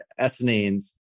Essenes